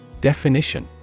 Definition